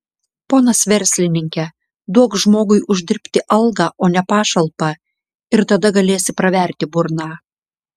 ponas verslininke duok žmogui uždirbti algą o ne pašalpą ir tada galėsi praverti burną